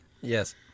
Yes